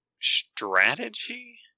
strategy